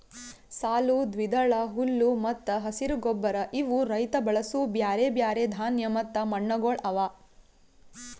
ಸಾಲು, ದ್ವಿದಳ, ಹುಲ್ಲು ಮತ್ತ ಹಸಿರು ಗೊಬ್ಬರ ಇವು ರೈತ ಬಳಸೂ ಬ್ಯಾರೆ ಬ್ಯಾರೆ ಧಾನ್ಯ ಮತ್ತ ಮಣ್ಣಗೊಳ್ ಅವಾ